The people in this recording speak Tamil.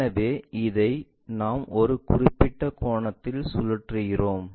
எனவே இதை நாம் ஒரு குறிப்பிட்ட கோணத்தில் சுழற்றுகிறோம்